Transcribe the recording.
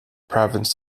province